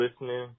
listening